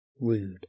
rude